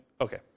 Okay